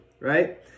Right